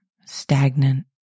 stagnant